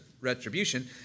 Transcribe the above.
retribution